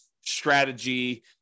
strategy